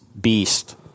Beast